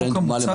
החוק המוצע?